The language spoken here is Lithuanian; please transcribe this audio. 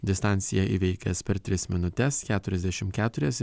distanciją įveikęs per tris minutes keturiasdešim keturias ir